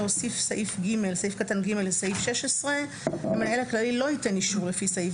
להוסיף סעיף קטן (ג) לסעיף 16: "המנהל הכללי לא ייתן אישור לפי סעיף